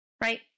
right